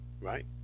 right